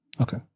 Okay